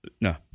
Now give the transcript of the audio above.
No